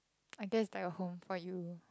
I guess like a home for you